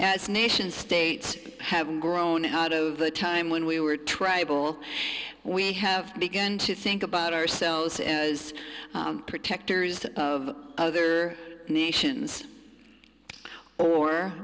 as nation states have grown out of the time when we were tribal we have begin to think about ourselves as protectors of other nations or